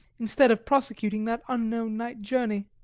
instead of prosecuting that unknown night journey.